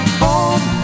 home